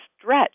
stretch